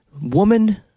woman